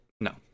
no